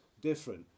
different